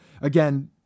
again